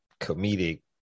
comedic